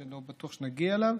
שאני לא בטוח שנגיע אליו,